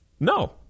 No